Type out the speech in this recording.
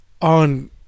on